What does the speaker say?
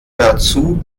dazu